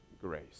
grace